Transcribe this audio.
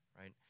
Right